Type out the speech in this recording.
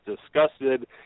disgusted